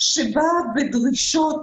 שבאה בדרישות